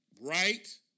right